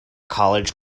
college